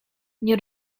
nie